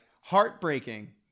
heartbreaking